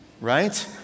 right